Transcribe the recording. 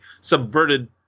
subverted